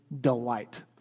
delight